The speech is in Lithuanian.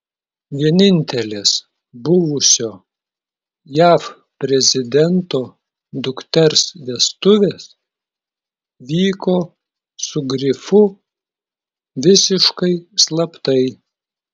vienintelės buvusio jav prezidento dukters vestuvės vyko su grifu visiškai slaptai